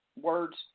words